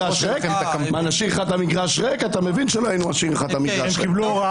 אתה מבין שלא הייתי משאיר לך את המגרש ריק.